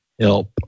help